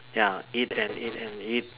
ya eat and eat and eat